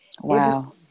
wow